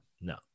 No